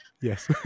Yes